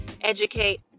educate